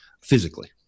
physically